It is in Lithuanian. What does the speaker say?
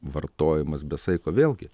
vartojimas be saiko vėlgi